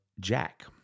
Jack